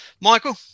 michael